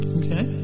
okay